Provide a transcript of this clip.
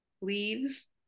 leaves